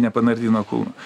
nepanardino kulno